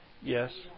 Yes